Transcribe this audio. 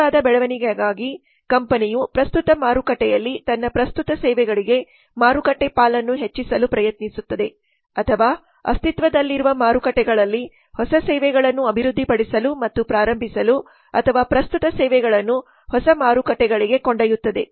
ತೀವ್ರವಾದ ಬೆಳವಣಿಗೆಗಾಗಿ ಕಂಪನಿಯು ಪ್ರಸ್ತುತ ಮಾರುಕಟ್ಟೆಯಲ್ಲಿ ತನ್ನ ಪ್ರಸ್ತುತ ಸೇವೆಗಳಿಗೆ ಮಾರುಕಟ್ಟೆ ಪಾಲನ್ನು ಹೆಚ್ಚಿಸಲು ಪ್ರಯತ್ನಿಸುತ್ತದೆ ಅಥವಾ ಅಸ್ತಿತ್ವದಲ್ಲಿರುವ ಮಾರುಕಟ್ಟೆಗಳಲ್ಲಿ ಹೊಸ ಸೇವೆಗಳನ್ನು ಅಭಿವೃದ್ಧಿಪಡಿಸಲು ಮತ್ತು ಪ್ರಾರಂಭಿಸಲು ಅಥವಾ ಪ್ರಸ್ತುತ ಸೇವೆಗಳನ್ನು ಹೊಸ ಮಾರುಕಟ್ಟೆಗಳಿಗೆ ಕೊಂಡೊಯ್ಯುತ್ತದೆ